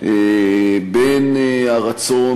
בין הרצון,